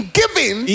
giving